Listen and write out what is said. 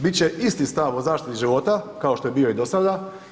Bit će isti stav o zaštiti života kao što je bio i dosada.